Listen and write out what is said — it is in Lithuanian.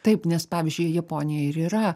taip nes pavyzdžiui japonijoj ir yra